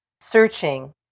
searching